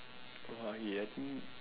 oh I think